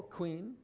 queen